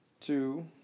two